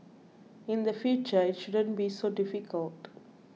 in the future it shouldn't be so difficult